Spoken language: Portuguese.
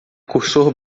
cursor